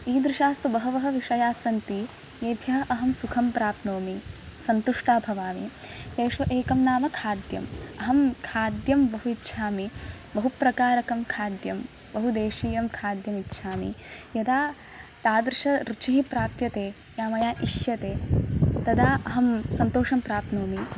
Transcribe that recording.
ईदृशास्तु बहवः विषयाः सन्ति येभ्यः अहं सुखं प्राप्नोमि सन्तुष्टा भवामि तेषु एकं नाम खाद्यम् अहं खाद्यं बहु इच्छामि बहुप्रकारकं खाद्यं बहुदेशीयं खाद्यम् इच्छामि यदा तादृशरुचिः प्राप्यते या मया इष्यते तदा अहं सन्तोषं प्राप्नोमि